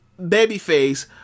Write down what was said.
babyface